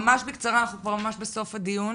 ממש בקצרה, אנחנו כבר ממש בסוף הדיון